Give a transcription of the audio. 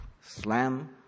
slam